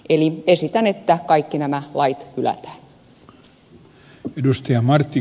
eli esitän että kaikki nämä lait hylätään